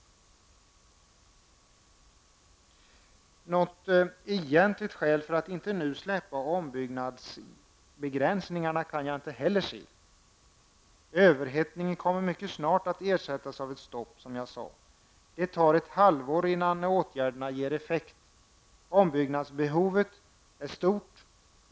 Något egentligt skäl för att inte nu släppa ombyggnadsbegränsningarna kan jag inte se. Överhettningen kommer mycket snart att ersättas av ett stopp, som jag tidigare har sagt. Det tar ett halvår innan åtgärderna ger effekt. Ombyggnadsbehovet är stort.